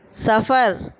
سفر